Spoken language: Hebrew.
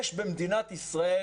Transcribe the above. יש במדינת ישראל